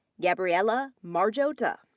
gabriela margiotta.